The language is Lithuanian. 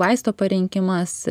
vaisto parinkimas